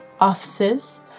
offices